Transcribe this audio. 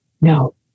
No